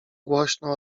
głośno